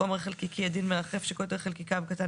חומר חלקיקי עדין מרחף שקוטר חלקיקיו קטן